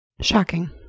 Shocking